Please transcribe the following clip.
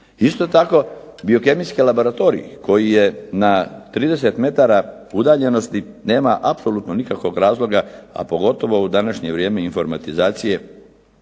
Isto tako, biokemijski laboratorij koji je na 30 metara udaljenosti nema apsolutno nikakvog razloga, a pogotovo u današnje vrijeme informatizacije